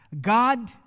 God